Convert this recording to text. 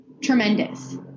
tremendous